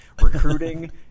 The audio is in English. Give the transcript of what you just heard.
recruiting